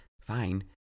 fine